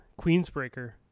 Queensbreaker